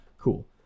Cool